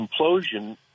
implosion